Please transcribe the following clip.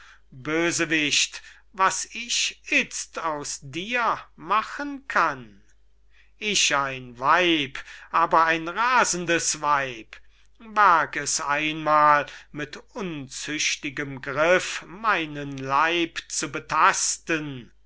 bösewicht was ich jetzt aus dir machen kann ich bin ein weib aber ein rasendes weib wag es einmal mit unzüchtigem griff meinen leib zu betasten